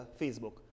Facebook